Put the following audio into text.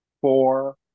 Four